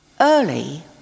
Early